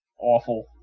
awful